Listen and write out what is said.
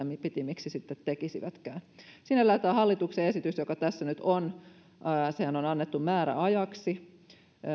pitimiksi tekisivätkin sinällään tämä hallituksen esitys joka tässä nyt on on annettu määräajaksi